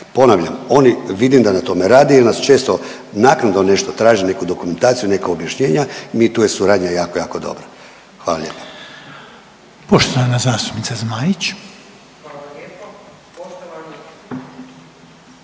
Ponavljam, oni vidim da na tome rade, jer nas često naknadno nešto traže neku dokumentaciju, neka objašnjenja i tu je suradnja jako, jako dobra. Hvala lijepa.